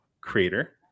creator